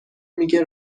میگه